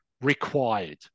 required